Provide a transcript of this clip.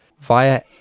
via